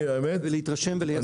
להתרשם וליישם.